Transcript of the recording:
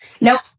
Nope